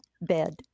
bed